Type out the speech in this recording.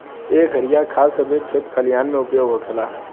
एह घरिया खाद सभे खेत खलिहान मे उपयोग होखेला